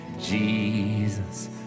jesus